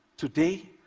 today,